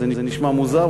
זה נשמע מוזר,